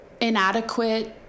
inadequate